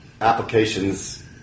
applications